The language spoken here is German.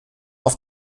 auf